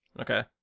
Okay